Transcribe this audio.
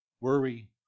worry